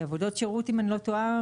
ועבודות שירות חלות.